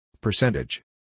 Percentage